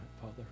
Father